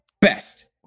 best